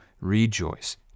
rejoice